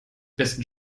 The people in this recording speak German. besten